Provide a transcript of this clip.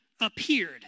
appeared